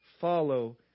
follow